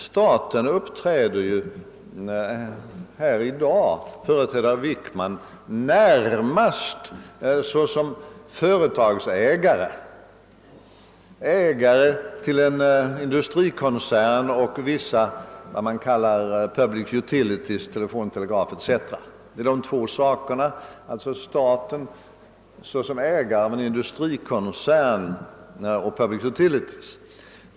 Staten uppträder ju här i dag, representerad av herr Wickman, närmast såsom företagsägare, ägare till dels en industrikoncern och dels vissa s.k. public utilities som telefon, telegraf etc.